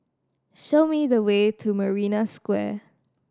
show me the way to Marina Square